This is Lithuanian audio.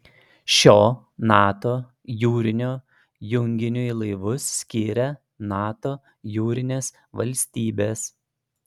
šio nato jūrinio junginiui laivus skiria nato jūrinės valstybės